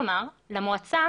כלומר למועצה